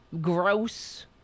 gross